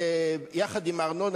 יחד עם הארנונה,